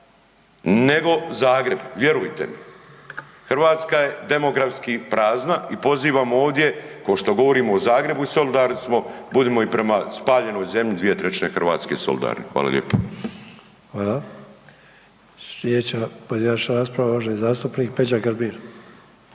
nego Zagreb, vjerujte mi. Hrvatska je demografski prazna i pozivam ovdje ko što govorimo o Zagrebu i solidarni smo budimo i prema spaljenoj zemlji 2/3 Hrvatske solidarni. Hvala lijepo. **Sanader, Ante (HDZ)** Slijedeća pojedinačna rasprava uvaženi zastupnik Peđa Grbin.